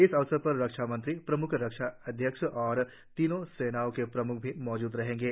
इस अवसर पर रक्षा मंत्री प्रम्ख रक्षा अध्यक्ष और तीनों सेनाओं के प्रम्ख भी मौजूद रहेंगे